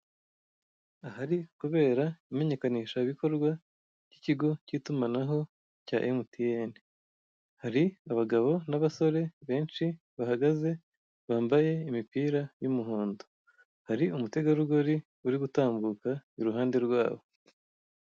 Ahari kubera imenyekanishabikorwa ry'ikigo cy'itumanaho cya MTN hari abagabo n'abasore benshi bahagaze bambaye imipira y'umuhondo hari umutegarugori uri gutambuka iruhande rwabo.